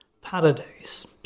paradise